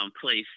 place